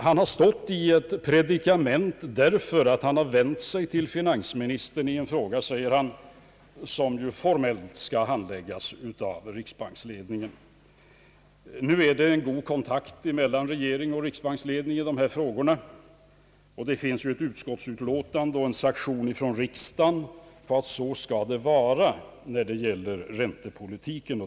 Han har vänt sig med sina bekymmer till finansministern i en fråga som formellt skall handläggas av riksbanksledningen. Nu råder det emellertid god kontakt mellan regering och riksbanksledning i dessa frågor, och riksdagen har i ett utskottsut låtande givit sin sanktion åt att det skall vara så vid förändringar i räntepolitiken.